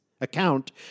account